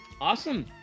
Awesome